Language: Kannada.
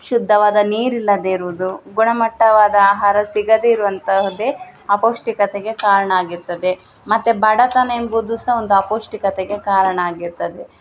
ಶುದ್ಧವಾದ ನೀರು ಇಲ್ಲದೇ ಇರುವುದು ಗುಣಮಟ್ಟವಾದ ಆಹಾರ ಸಿಗದೇ ಇರುವಂತಹುದೇ ಅಪೌಷ್ಟಿಕತೆಗೆ ಕಾರಣ ಆಗಿರ್ತದೆ ಮತ್ತು ಬಡತನ ಎಂಬುದು ಸಹ ಒಂದು ಅಪೌಷ್ಟಿಕತೆಗೆ ಕಾರಣ ಆಗಿರ್ತದೆ